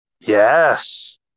Yes